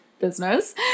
business